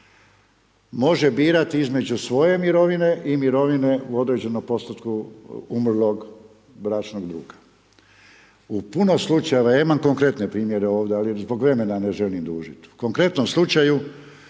može birati između svoje mirovine i mirovine u određenom postotku umrlog bračnog druga. U puno slučajeva, ja imam konkretne primjere ovdje ali zbog vremena ne želim dužiti. U konkretnom slučaju